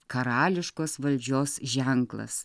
karališkos valdžios ženklas